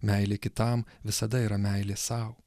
meilė kitam visada yra meilė sau